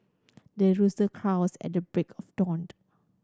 the rooster crows at the break of dawned